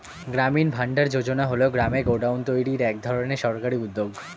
গ্রামীণ ভান্ডার যোজনা হল গ্রামে গোডাউন তৈরির এক ধরনের সরকারি উদ্যোগ